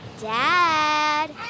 Dad